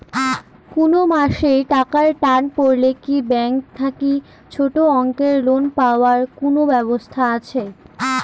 কুনো মাসে টাকার টান পড়লে কি ব্যাংক থাকি ছোটো অঙ্কের লোন পাবার কুনো ব্যাবস্থা আছে?